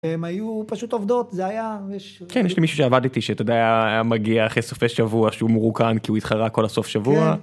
הם היו פשוט עובדות זה היה... כן, יש לי מישהו שעבד איתי שאתה יודע, היה מגיע אחרי סופי שבוע שהוא מרוקן כי הוא התחרה כל הסוף שבוע.